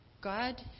God